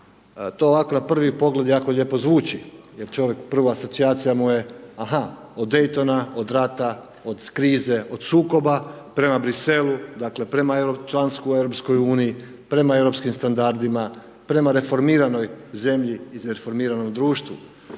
To ovako na prvi pogled jako lijepo zvuči, jer čovjek, prva asocijacija mu je aha, od Daytona, od rata, od krize, od sukoba prema Bruxellesu, dakle, prema članstvu u EU, prema europskim standardima, prema reformiranoj zemlji i izreformiranom društvu.